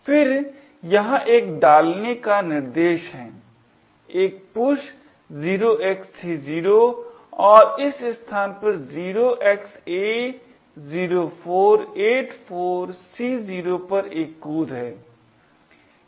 फिर यहाँ एक डालने का निर्देश है एक push 0x30 और इस स्थान 0xA0484C0 पर एक कूद है